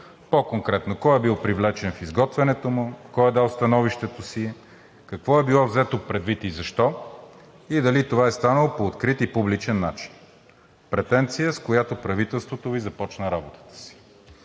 По-конкретно: кой е бил привлечен в изготвянето му; кой е дал становището си; какво е било взето предвид и защо; и дали това е станало по открит и публичен начин? Претенция, с която правителството Ви започна работата си.